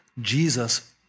Jesus